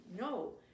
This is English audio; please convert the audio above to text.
No